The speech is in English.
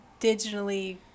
digitally